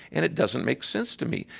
and it doesn't make sense to me.